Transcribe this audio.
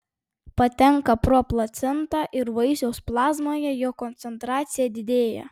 patenka pro placentą ir vaisiaus plazmoje jo koncentracija didėja